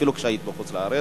אפילו כשהיית בחוץ-לארץ,